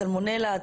סלמונלה,